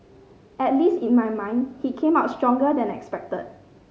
at least in my mind he came out stronger than expected